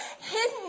hidden